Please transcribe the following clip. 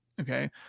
Okay